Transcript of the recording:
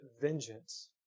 vengeance